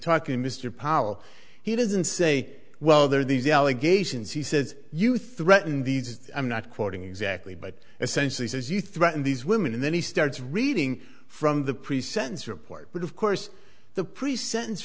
talking to mr powell he doesn't say well there are these allegations he says you threaten these i'm not quoting exactly but essentially says you threaten these women and then he starts reading from the pre sentence report which of course the pre sentence